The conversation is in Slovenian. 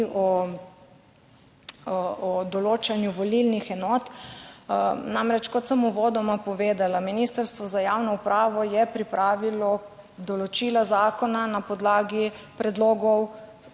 o določanju volilnih enot. Namreč kot sem uvodoma povedala, Ministrstvo za javno upravo je pripravilo določila zakona na podlagi predlogov